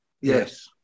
Yes